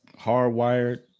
hardwired